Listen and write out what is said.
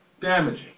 damaging